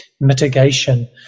mitigation